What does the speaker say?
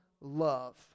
love